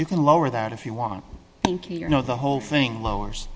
you can lower that if you want thank you you know the whole thing lowers